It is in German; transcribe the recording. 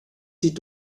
sie